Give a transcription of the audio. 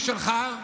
בשביל החברים שלך.